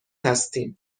هستین